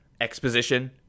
exposition